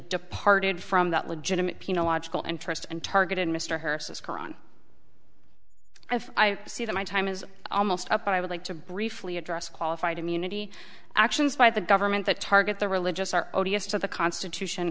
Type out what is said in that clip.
departed from that legitimate pino logical interest and targeted mr her sister on if i see that my time is almost up and i would like to briefly address qualified immunity actions by the government that target the religious are odious to the constitution